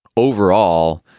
overall,